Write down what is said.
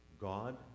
God